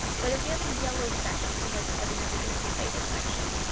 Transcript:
but if we have a yellow section that is budding up against a faded section,